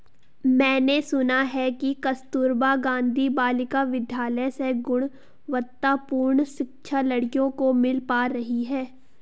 मैंने सुना है कि कस्तूरबा गांधी बालिका विद्यालय से गुणवत्तापूर्ण शिक्षा लड़कियों को मिल पा रही है